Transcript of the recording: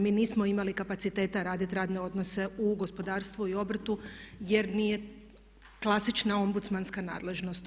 Mi nismo imali kapaciteta raditi radne odnose u gospodarstvu i obrtu jer nije klasična ombudsmanska nadležnost.